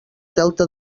delta